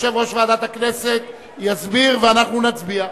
יושב-ראש ועדת הכנסת יסביר ואנחנו נצביע.